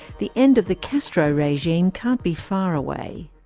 the end of the castro regime can't be far away.